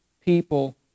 people